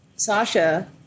Sasha